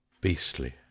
Beastly